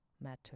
matter